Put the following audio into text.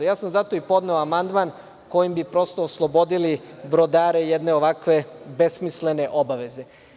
Zato sam i podneo amandman kojim bi prosto oslobodili brodare jedne ovakve besmislene obaveze.